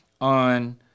on